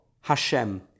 Hashem